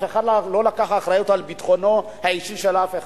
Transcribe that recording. אף אחד לא לקח אחריות על ביטחונו האישי של אף אחד.